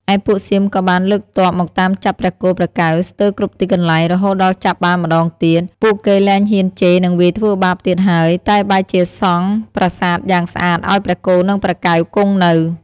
ឯពួកសៀមក៏បានលើកទ័ពមកតាមចាប់ព្រះគោព្រះកែវស្ទើរគ្រប់ទីកន្លែង រហូតដល់ចាប់បានម្ដងទៀត ពួកគេលែងហ៊ានជេរនិងវាយធ្វើបាបទៀតហើយ តែបែរជាសង់ប្រាសាទយ៉ាងស្អាតឲ្យព្រះគោនិងព្រះកែវគង់នៅ។